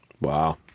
Wow